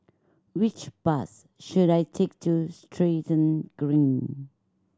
which bus should I take to Stratton Green